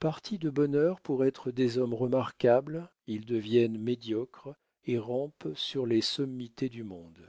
partis de bonne heure pour être des hommes remarquables ils deviennent médiocres et rampent sur les sommités du monde